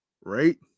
right